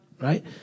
right